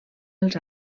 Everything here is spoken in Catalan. els